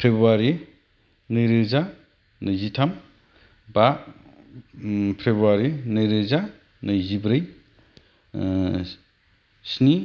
फेब्रुवारी नैरोजा नैजिथाम बा फेब्रुवारी नैरोजा नैजिब्रै स्नि